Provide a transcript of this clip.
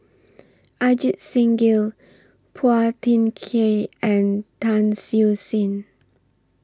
Ajit Singh Gill Phua Thin Kiay and Tan Siew Sin